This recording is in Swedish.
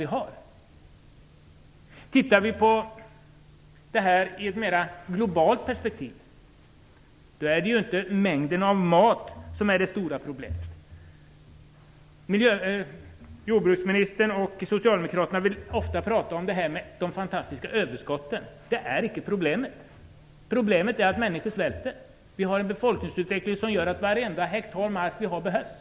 Om vi tittar på detta i ett mera globalt perspektiv finner vi att det inte är mängden mat som är det stora problemet. Jordbruksministern och socialdemokraterna vill ofta prata om de fantastiska överskotten. De är icke problemet. Problemet är att människor svälter. Vi har en befolkningsutveckling som gör att varenda hektar mark behövs.